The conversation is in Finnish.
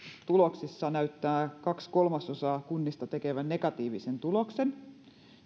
tuloksissa näyttää kaksi kolmasosaa kunnista tekevän negatiivisen tuloksen